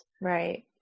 right